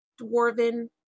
dwarven